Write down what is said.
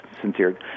sincere